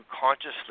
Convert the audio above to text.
consciously